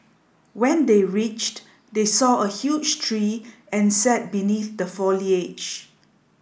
when they reached they saw a huge tree and sat beneath the foliage